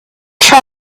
try